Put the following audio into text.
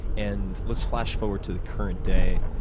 and let's flash forward to the current day.